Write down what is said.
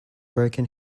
broken